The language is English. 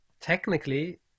technically